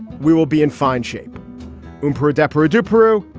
we will be in fine shape um per adepero to peru.